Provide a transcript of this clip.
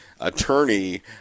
attorney